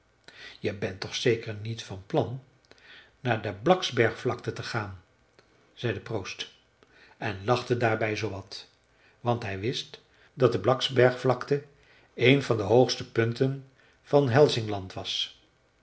je bent toch zeker niet van plan naar de blacksbergvlakte te gaan zei de proost en lachte daarbij zoowat want hij wist dat de blacksbergvlakte een van de hoogste punten van hälsingland was